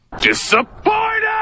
Disappointed